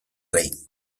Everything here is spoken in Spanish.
reich